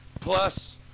Plus